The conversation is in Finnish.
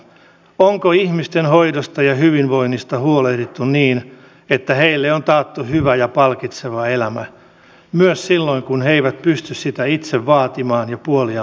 onko ihmisten hoidosta ja hyvinvoinnista huolehdittu niin että heille on taattu hyvä ja palkitseva elämä myös silloin kun he eivät pysty sitä itse vaatimaan ja puoliaan pitämään